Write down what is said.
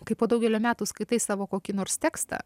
kai po daugelio metų skaitai savo kokį nors tekstą